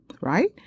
Right